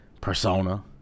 persona